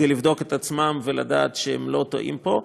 כדי לבדוק את עצמם ולדעת שהם לא טועים פה,